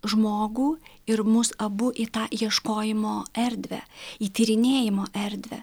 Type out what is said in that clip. žmogų ir mus abu į tą ieškojimo erdvę į tyrinėjimo erdvę